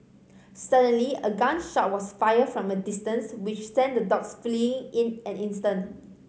suddenly a gun shot was fired from a distance which sent the dogs flee in an instant